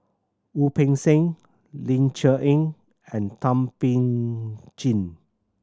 Wu Peng Seng Ling Cher Eng and Thum Ping Jin